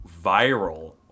viral